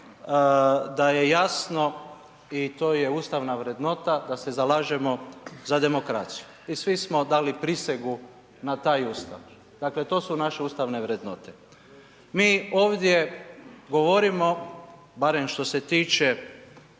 da je jasno i to je ustavna vrednota da se zalažemo za demokraciju. I svi smo dali prisegu na taj Ustav. Dakle, to su naše ustavne vrednote. Mi ovdje govorimo, barem što se tiče